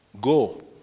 Go